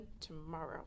tomorrow